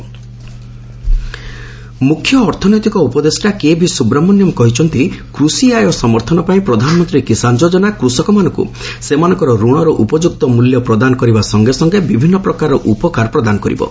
PM Kisan Subramanian ମୁଖ୍ୟ ଅର୍ଥନୈତିକ ଉପଦେଷ୍ଟା କେଭି ସୁବ୍ରମଣ୍ୟମ୍ କହିଛନ୍ତି କୃଷି ଆୟ ସମର୍ଥନ ପାଇଁ ପ୍ରଧାନମନ୍ତ୍ରୀ କିଷାନ୍ ଯୋଜନା କୃଷକମାନଙ୍କୃ ସେମାନଙ୍କର ଋଣର ଉପଯୁକ୍ତ ମୁଲ୍ୟ ପ୍ରଦାନ କରିବା ସଙ୍ଗେ ସଙ୍ଗେ ବିଭିନ୍ନ ପ୍ରକାରର ଉପକାର ପ୍ରଦାନ କରିବେ